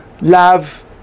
love